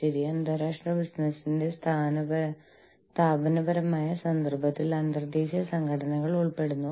human resource ഉദ്യോഗസ്ഥർ എന്താണ് ചെയ്യുന്നത് എന്ന് നിങ്ങൾക്കറിയാം